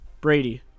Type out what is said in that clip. Brady